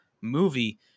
movie